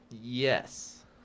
Yes